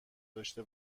داشته